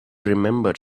remember